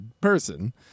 person